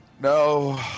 no